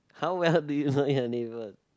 how well do you know your neighbour